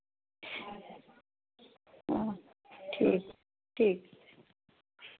आं ठीक ठीक